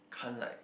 can't like